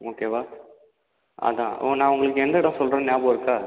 ஓகேவா அதுதான் ஓ நான் உங்களுக்கு எந்த எடம் சொல்கிறேன்னு ஞாபகம் இருக்கா